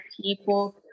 people